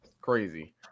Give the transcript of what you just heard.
Crazy